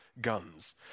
guns